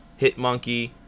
Hitmonkey